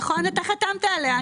נכון, אתה חתמת עליה.